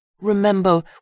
Remember